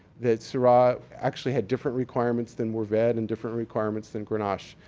that sirah actually had different requirements than mourvedre and different requirements than grenache.